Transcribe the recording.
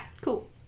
Cool